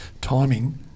timing